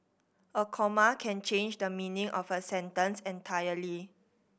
a comma can change the meaning of a sentence entirely